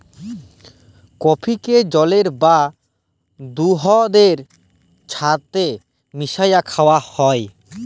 কফিকে জলের বা দুহুদের ছাথে মিশাঁয় খাউয়া হ্যয়